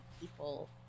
people